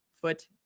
foot